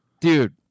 dude